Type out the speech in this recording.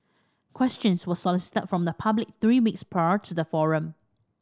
questions were solicited from the public three weeks prior to the forum